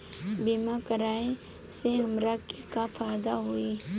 बीमा कराए से हमरा के का फायदा होई?